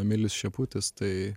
emilis šeputis tai